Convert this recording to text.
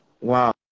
wow